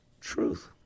truth